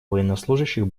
военнослужащих